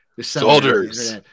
soldiers